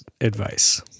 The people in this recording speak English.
advice